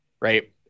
right